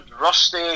rusty